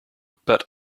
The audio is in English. but